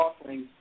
offerings